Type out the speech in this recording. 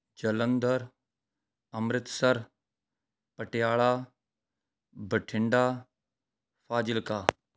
Jalandhar Amritsar Patiala Bathinda Fazilka